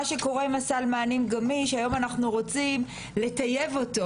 מה שקורה עם סל מענים גמיש - היום אנחנו רוצים לטייב אותו